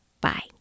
Bye